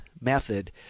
method